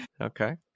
Okay